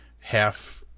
half